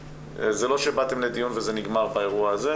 זה לא שבאתם לדיון וזה נגמר באירוע הזה,